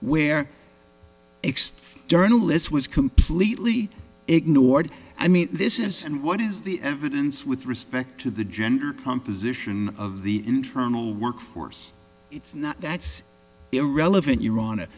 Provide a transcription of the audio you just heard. where x journalist was completely ignored i mean this is and what is the evidence with respect to the gender composition of the internal workforce it's not that it's irrelevant you're on it